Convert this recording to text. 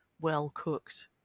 well-cooked